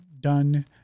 done